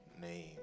name